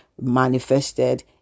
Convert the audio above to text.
manifested